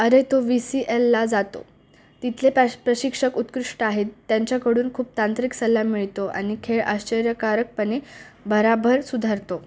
अरे तो वी सी लला जातो तिथले प्रश प्रशिक्षक उत्कृष्ट आहेत त्यांच्याकडून खूप तांत्रिक सल्ला मिळतो आणि खेळ आश्चर्यकारकपणे भराभर सुधारतो